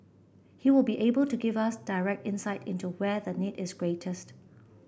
he will be able to give us direct insight into where the need is greatest